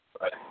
Right